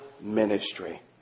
ministry